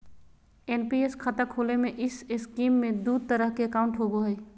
NPS खाता खोले में इस स्कीम में दू तरह के अकाउंट होबो हइ